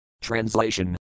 Translation